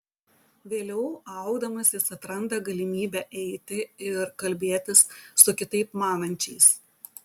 vėliau augdamas jis atranda galimybę eiti ir kalbėtis su kitaip manančiais